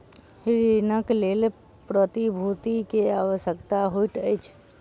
ऋणक लेल प्रतिभूति के आवश्यकता होइत अछि